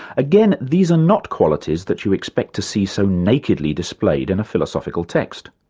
again, these are not qualities that you expect to see so nakedly displayed in a philosophical text.